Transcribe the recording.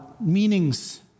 meanings